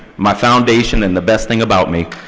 my foundation and the best thing about me.